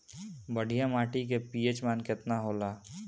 बढ़िया माटी के पी.एच मान केतना होला?